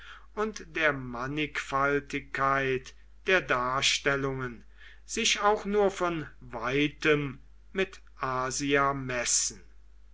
und der mannigfaltigkeit der darstellungen sich auch nur von weitem mit asia messen